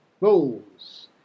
rules